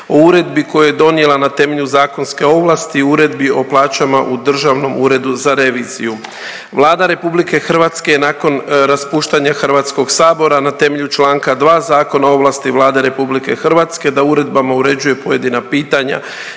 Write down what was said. o uredbi koju je donijela na temelju zakonske ovlasti, o Uredbi o plaćama u Državnom uredu za reviziju. Vlada RH je nakon raspuštanja HS na temelju čl. 2. Zakona o ovlasti Vlade RH da uredbama uređuje pojedina pitanja